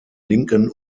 linken